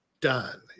done